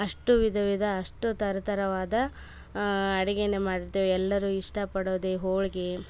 ಅಷ್ಟು ವಿಧ ವಿಧ ಅಷ್ಟು ಥರ ಥರವಾದ ಅಡಿಗೆನೆ ಮಾಡ್ತೇವೆ ಎಲ್ಲರು ಇಷ್ಟ ಪಡೋದೆ ಹೋಳಗೆ